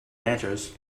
ranchers